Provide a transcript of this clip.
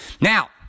Now